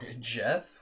Jeff